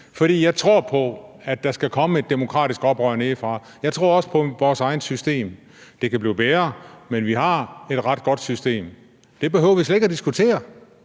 for jeg tror på, at der skal komme et demokratisk oprør nedefra. Jeg tror også på vores eget system. Det kan blive bedre, men vi har et ret godt system. Det behøver vi slet ikke at diskutere.